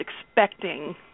expecting